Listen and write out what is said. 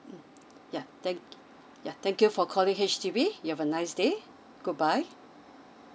mm yeah thank yeah thank you for calling H_D_B you have a nice day goodbye